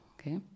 Okay